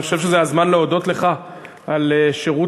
אני חושב שזה הזמן להודות לך על שירות